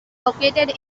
located